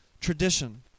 tradition